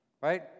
Right